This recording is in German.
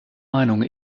meinung